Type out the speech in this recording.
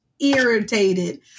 irritated